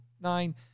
nine